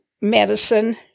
medicine